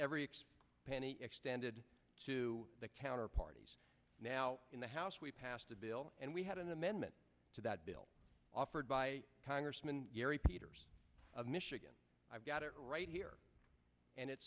every penny extended to the counter parties now in the house we passed a bill and we had an amendment to that bill offered by congressman gary peters of michigan i've got it right here and it